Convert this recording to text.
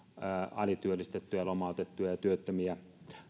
alityöllistettyjä ja lomautettuja ja työttömiä